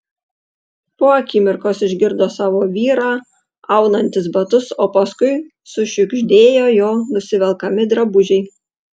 po akimirkos išgirdo savo vyrą aunantis batus o paskui sušiugždėjo jo nusivelkami drabužiai